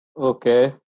Okay